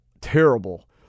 terrible